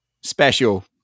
special